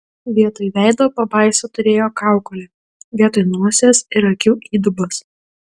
vietoj veido pabaisa turėjo kaukolę vietoj nosies ir akių įdubas